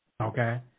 Okay